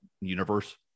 universe